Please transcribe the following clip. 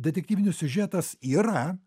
detektyvinis siužetas yra